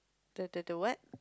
the the the what